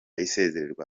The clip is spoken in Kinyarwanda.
isezererwa